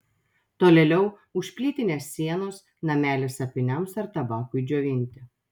tolėliau už plytinės sienos namelis apyniams ar tabakui džiovinti